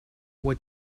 what